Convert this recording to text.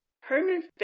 Herman